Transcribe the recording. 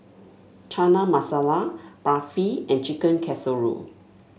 Chana Masala Barfi and Chicken Casserole